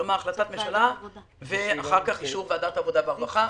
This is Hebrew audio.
כלומר החלטת ממשלה ואחר כך אישור ועדת עבודה ורווחה.